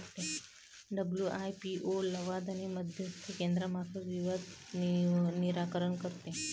WIPO लवाद आणि मध्यस्थी केंद्रामार्फत विवाद निराकरण करते